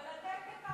אבל אתם תקפתם אותם.